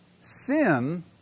Sin